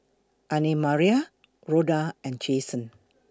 Annemarie Rhoda and Jason